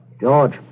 George